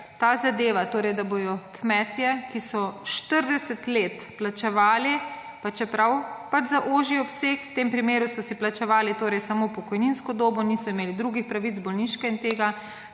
ta zadeva, torej da bodo kmetje, ki so 40 let plačevali, pa čeprav pač za ožji obseg, v tem primeru so si plačevali torej samo pokojninsko dobo, niso imeli drugih pravic, bolniške in tega,